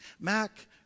Mac